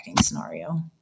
scenario